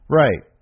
right